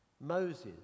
Moses